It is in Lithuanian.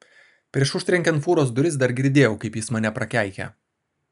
prieš užtrenkiant fūros duris dar girdėjau kaip jis mane prakeikia